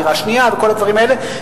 דירה שנייה וכל הדברים האלה,